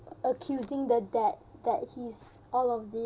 accusing the dad that he's all of the~